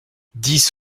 dix